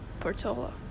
Portola